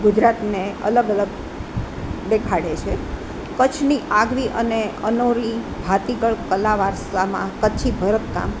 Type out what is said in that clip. ગુજરાતને અલગ અલગ દેખાડે છે કચ્છની આગવી અને અનોરી ભાતીગળ કલા વારસામાં કચ્છી ભરત કામ